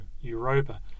Europa